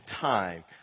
time